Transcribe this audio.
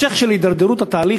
ההמשך של הידרדרות התהליך,